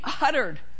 uttered